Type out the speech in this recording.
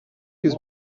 his